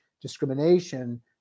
discrimination